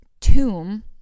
tomb